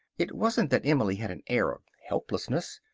it wasn't that emily had an air of helplessness.